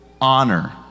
honor